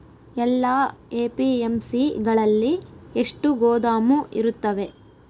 ಎಲ್ಲಾ ಎ.ಪಿ.ಎಮ್.ಸಿ ಗಳಲ್ಲಿ ಎಷ್ಟು ಗೋದಾಮು ಇರುತ್ತವೆ?